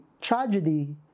tragedy